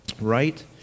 right